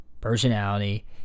personality